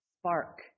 spark